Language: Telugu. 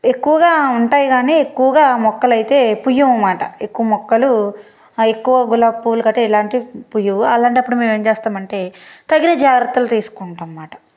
ఎక్కువగా ఉంటాయి కానీ ఎక్కువగా మొక్కలైతే పూయవమాట ఎక్కువ మొక్కలు ఎక్కువ గులాబీ పూలు గట్రా ఇలాంటివి పూయవు అలాంటప్పుడు మేం ఏంచేస్తామంటే తగిన జాగ్రత్తలు తీసుకుంటామాట